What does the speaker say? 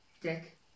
Dick